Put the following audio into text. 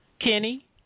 Kenny